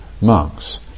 monks